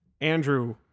Andrew